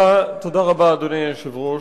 אדוני היושב-ראש,